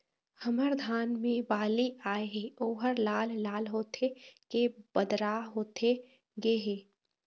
हमर धान मे बाली आए हे ओहर लाल लाल होथे के बदरा होथे गे हे?